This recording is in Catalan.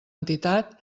entitat